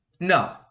No